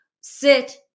sit